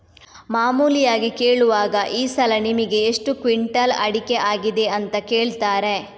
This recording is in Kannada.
ಮಾಮೂಲಿಯಾಗಿ ಕೇಳುವಾಗ ಈ ಸಲ ನಿಮಿಗೆ ಎಷ್ಟು ಕ್ವಿಂಟಾಲ್ ಅಡಿಕೆ ಆಗಿದೆ ಅಂತ ಕೇಳ್ತಾರೆ